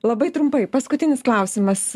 labai trumpai paskutinis klausimas